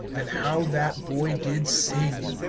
and how that boy did sing!